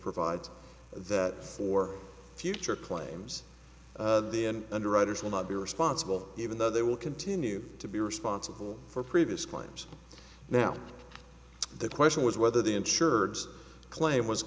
provides that for future claims then underwriters will not be responsible even though they will continue to be responsible for previous claims now the question was whether the insured claim was